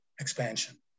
expansion